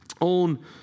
own